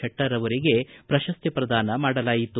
ಶೆಟ್ಟರ್ ಅವರಿಗೆ ಪ್ರಶಸ್ತಿ ಪ್ರದಾನ ಮಾಡಲಾಯಿತು